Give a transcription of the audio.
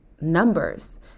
numbers